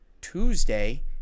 Tuesday